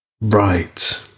Right